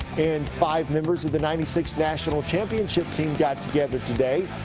and five members of the ninety six national championship team got together today.